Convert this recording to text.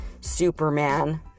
Superman